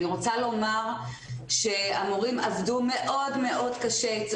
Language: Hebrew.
אני רוצה לומר שהמורים עבדו מאוד מאוד קשה.